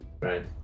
right